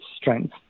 strength